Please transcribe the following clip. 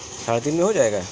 ساڑھے تین میں ہو جائے گا